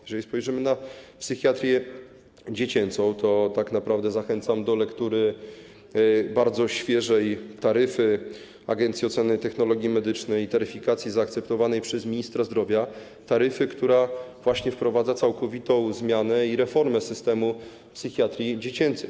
Jeżeli chodzi o psychiatrię dziecięcą, to tak naprawdę zachęcam do lektury bardzo świeżej taryfy Agencji Oceny Technologii Medycznych i Taryfikacji, zaakceptowanej przez ministra zdrowia, która właśnie wprowadza całkowitą zmianę i reformę systemu psychiatrii dziecięcej.